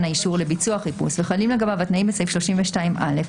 האישור לביצוע חיפוש וחלים לגביו התנאים בסעיף 32(א),